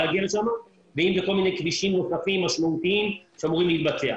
ואם אלה כל מיני כבישים נוספים משמעותיים שאמורים להתבצע.